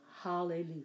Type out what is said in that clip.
Hallelujah